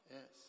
Yes